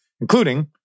including